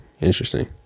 Interesting